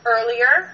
Earlier